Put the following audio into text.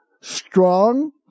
Strong